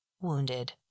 wounded